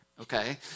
okay